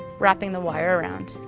wrapping the wire around.